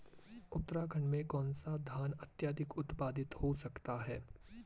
उत्तराखंड में कौन सा धान अत्याधिक उत्पादित हो सकता है?